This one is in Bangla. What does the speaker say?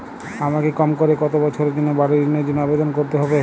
আমাকে কম করে কতো বছরের জন্য বাড়ীর ঋণের জন্য আবেদন করতে হবে?